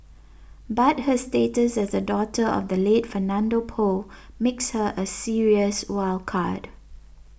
but her status as the daughter of the late Fernando Poe makes her a serious wild card